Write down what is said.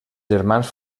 germans